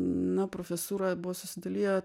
na profesūra buvo susidaliję